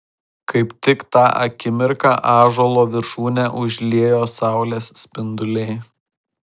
kaip tik tą akimirką ąžuolo viršūnę užliejo saulės spinduliai